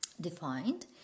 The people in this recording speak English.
defined